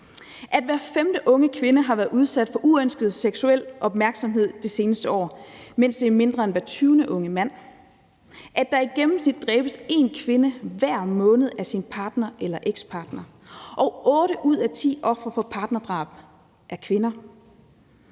at hver femte unge kvinde har været udsat for uønsket seksuel opmærksomhed det seneste år, mens det er mindre end hver 20. unge mand; at der i gennemsnit dræbes en kvinde hver måned af dennes partner eller ekspartner; og at otte ud af ti ofre for partnerdrab er kvinder.